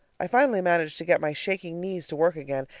i finally managed to get my shaking knees to work again,